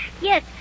Yes